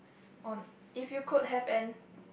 on if you could have an